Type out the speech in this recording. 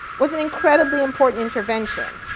was an incredibly important intervention.